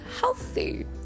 healthy